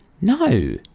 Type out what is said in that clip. no